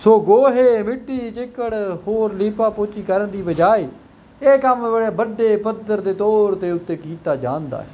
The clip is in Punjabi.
ਸੋ ਗੋਹੇ ਮਿੱਟੀ ਚਿੱਕੜ ਹੋਰ ਲੀਪਾ ਪੋਚੀ ਕਰਨ ਦੀ ਬਜਾਇ ਇਹ ਕੰਮ ਬੜੇ ਵੱਡੇ ਪੱਧਰ ਦੇ ਤੌਰ 'ਤੇ ਉੱਤੇ ਕੀਤਾ ਜਾਂਦਾ